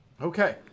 Okay